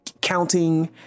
Counting